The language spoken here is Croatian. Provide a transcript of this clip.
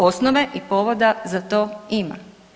Osnove i povoda za to ima.